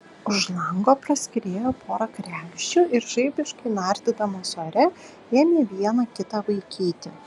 už lango praskriejo pora kregždžių ir žaibiškai nardydamos ore ėmė viena kitą vaikyti